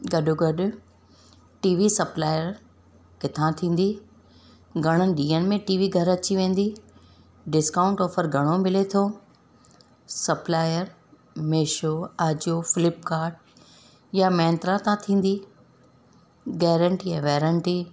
गॾो गॾु TV supplier किथां थींदी घणनि ॾींहंनि में टी वी घरु अची वेंदी डिस्काउंट ऑफ़र घणो मिले थो सप्लायर मीशो आजीओ फ़िलिपकार्ट या मैंत्रा था थींदी गैरंटी वैरेंटी